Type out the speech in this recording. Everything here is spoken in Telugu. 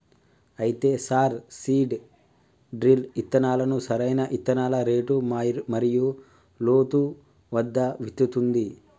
అయితే సార్ సీడ్ డ్రిల్ ఇత్తనాలను సరైన ఇత్తనాల రేటు మరియు లోతు వద్ద విత్తుతుంది